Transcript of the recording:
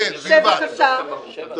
בסדר.